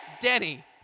Denny